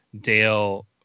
dale